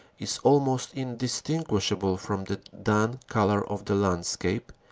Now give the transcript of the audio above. is almost indistinguishable from the dun color of the landscape,